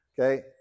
Okay